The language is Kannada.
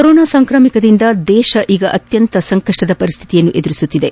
ಕೊರೋನಾ ಸಾಂಕ್ರಾಮಿಕದಿಂದ ದೇಶ ಈಗ ಅತ್ಯಂತ ಸಂಕಷ್ಟದ ಪರಿಸ್ಥಿತಿಯನ್ನು ಎದುರಿಸುತ್ತಿದೆ